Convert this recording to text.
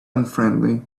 unfriendly